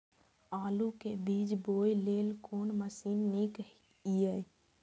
आलु के बीज बोय लेल कोन मशीन नीक ईय?